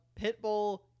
Pitbull –